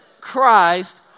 Christ